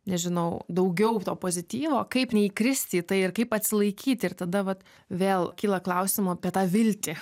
nežinau daugiau pozityvo kaip neįkristi į tai ir kaip atsilaikyti ir tada vat vėl kyla klausimų apie tą viltį